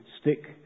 stick